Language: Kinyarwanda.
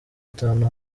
atanu